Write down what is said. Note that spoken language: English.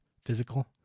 physical